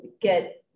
get